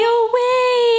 away